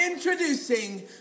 Introducing